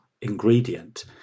ingredient